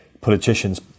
politicians